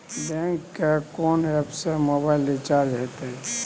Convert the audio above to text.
Bank के कोन app से मोबाइल रिचार्ज हेते?